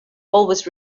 always